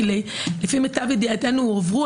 כי לפי מיטב ידיעתנו הועברו,